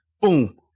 boom